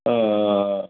ஆ ஆ ஆ ஆ